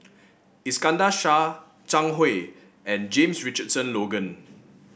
Iskandar Shah Zhang Hui and James Richardson Logan